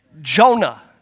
Jonah